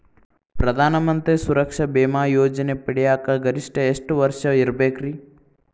ಪ್ರಧಾನ ಮಂತ್ರಿ ಸುರಕ್ಷಾ ಭೇಮಾ ಯೋಜನೆ ಪಡಿಯಾಕ್ ಗರಿಷ್ಠ ಎಷ್ಟ ವರ್ಷ ಇರ್ಬೇಕ್ರಿ?